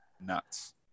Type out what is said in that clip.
Nuts